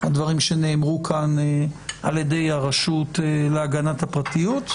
הדברים שנאמרו כאן על ידי הרשות להגנת הפרטיות.